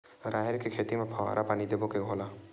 राहेर के खेती म फवारा पानी देबो के घोला?